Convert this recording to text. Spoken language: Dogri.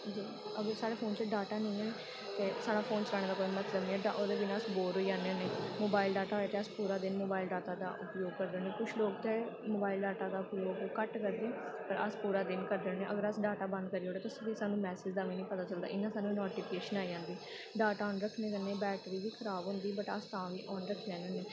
अगर साढ़े फोन च डाटा निं ऐ ते साढ़ा फोन चलाने दा कोई मतलब निं ऐ ओह्दे बिना अस बोर होई जन्ने होन्ने मोबाइल डाटा होऐ ते अस पूरा दिन मोबाइल डाटा दा उपयोग करने होन्ने कुछ लोग ते मोबाइल डाटा दा उपयोग घट्ट करदे पर अस पूरा दिन करने होन्ने अगर अस डाटा बंद करी ओड़चै ते सानूं मैसेज़ दा बी निं पता चलदा इ'यां सानूं नोटिफिकेशन आई जंदी डाटा आन रक्खने कन्नै बैटरी बी खराब होंदी बट अस तां बी आन रक्खी लैन्ने होन्ने